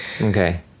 Okay